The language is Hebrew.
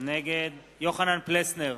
נגד יוחנן פלסנר,